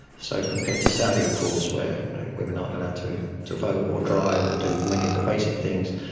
so compared to saudi, of course, where women aren't allowed to to vote or drive or do many of the basic things,